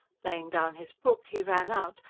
laying down his book he ran out.